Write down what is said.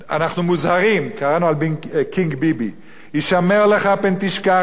קראנו על "קינג ביבי" הישמר לך פן תשכח את ה' אלוקיך לבלתי